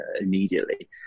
immediately